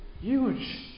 Huge